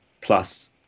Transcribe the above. plus